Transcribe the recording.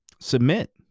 Submit